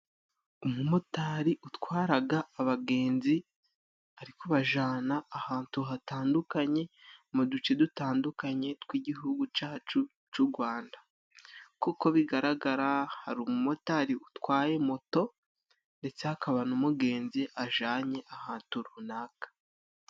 Umumotari utwara abagenzi ari kubajyana ahantu hatandukanye, mu duce dutandukanye tw' igihugu cyacu c' u Rwanda, kuko bigaragara hari umumotari utwaye moto, ndetse hakaba n' umugenzi ajyanye ahantu runaka.